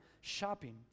shopping